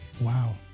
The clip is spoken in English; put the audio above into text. Wow